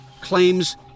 claims